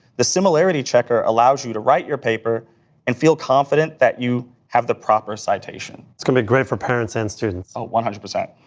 the similarity checker allows you to write your paper and feel confident that you have the proper citation. it's going to be great for parents and students. one hundred percent.